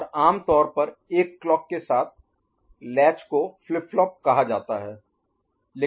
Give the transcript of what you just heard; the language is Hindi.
और आमतौर पर एक क्लॉक के साथ लैच को फ्लिप फ्लॉप कहा जाता है